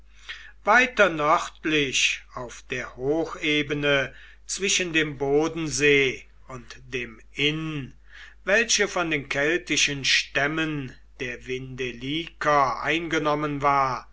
weiter nördlich auf der hochebene zwischen dem bodensee und dem inn welche von den keltischen stämmen der vindeliker eingenommen war